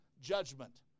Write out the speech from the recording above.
judgment